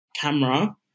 camera